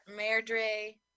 Mairdre